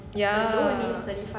ya